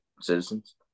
citizens